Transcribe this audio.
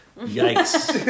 Yikes